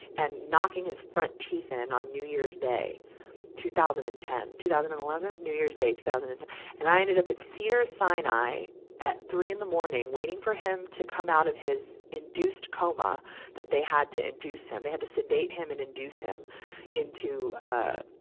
and knocking his front teeth in on new year's day two thousand and ten, two thousand and eleven? new year's day two thousand and and i ended up at cedars sanai at three in the morning, waiting for him to come out of his induced soma that they had to induce him. they had to sedate and induce him into, ah,